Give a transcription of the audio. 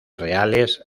reales